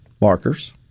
markers